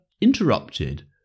interrupted